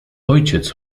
ojciec